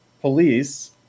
police